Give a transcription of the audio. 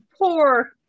Poor